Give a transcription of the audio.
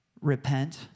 repent